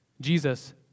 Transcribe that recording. Jesus